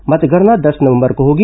मतगणना दस नवम्बर को होगी